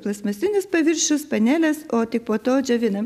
plastmasinius paviršius paneles o tik po to džiovinam